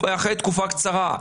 אחרי תקופה קצרה?